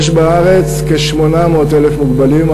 יש בארץ כ-800,000 מוגבלים,